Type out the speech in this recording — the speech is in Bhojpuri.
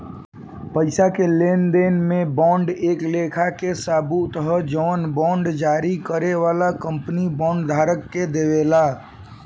पईसा के लेनदेन में बांड एक लेखा के सबूत ह जवन बांड जारी करे वाला कंपनी बांड धारक के देवेला